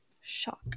Shock